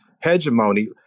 hegemony